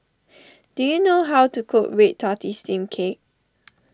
do you know how to cook Red Tortoise Steamed Cake